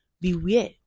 Beware